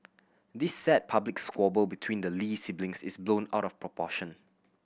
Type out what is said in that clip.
this sad public squabble between the Lee siblings is blown out of proportion